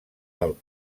del